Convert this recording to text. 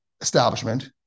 establishment